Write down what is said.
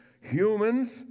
Humans